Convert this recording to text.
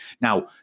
Now